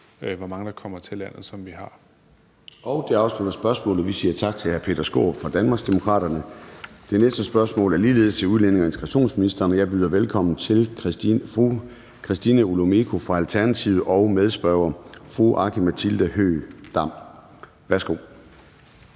hvor mange der kommer til landet, som vi har. Kl. 14:00 Formanden (Søren Gade): Det afslutter spørgsmålet. Vi siger tak til hr. Peter Skaarup fra Danmarksdemokraterne. Det næste spørgsmål er ligeledes til udlændinge- og integrationsministeren, og jeg byder velkommen til fru Christina Olumeko fra Alternativet og til medspørger fru Aki-Matilda Høegh-Dam. Kl.